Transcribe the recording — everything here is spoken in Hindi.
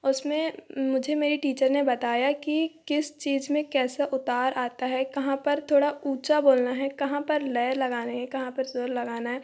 उसमें मुझे मेरी टीचर ने बताया की किस चीज में कैसा उतार आता है कहाँ पर थोड़ा ऊँचा बोलना है कहाँ पर लय लगाने है कहाँ पर सुर लगाना है